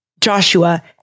Joshua